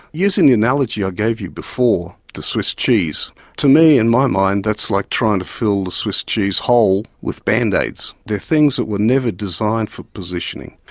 using the analogy i gave you before, the swiss cheese, to me, in my mind, that's like trying to fill the swiss cheese hole with band-aids. they're things which were never designed for positioning.